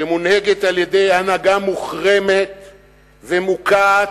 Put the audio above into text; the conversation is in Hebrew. שמונהגת על-ידי הנהגה מוחרמת ומוקעת,